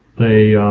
they.